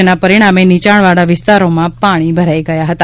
જેના પરિજ્ઞામે નીચાણવાળા વિસ્તારોમાં પાણી ભરાઇ ગયા હતા